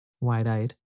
wide-eyed